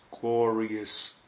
glorious